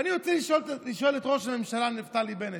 ואני רוצה לשאול את ראש הממשלה נפתלי בנט,